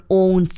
own